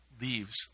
leaves